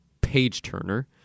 page-turner